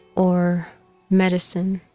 or medicine